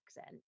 accent